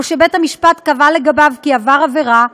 או שבית-המשפט קבע כי עבר עבירה,